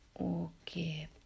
okay